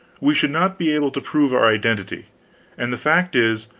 we should not be able to prove our identity and the fact is,